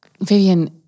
Vivian